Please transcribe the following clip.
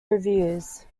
reviews